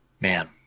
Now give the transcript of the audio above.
Man